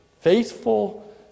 Faithful